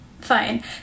Fine